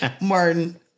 Martin